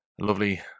lovely